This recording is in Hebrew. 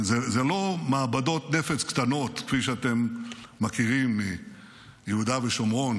זה לא מעבדות נפץ קטנות כפי שאתם מכירים מיהודה ושומרון